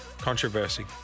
Controversy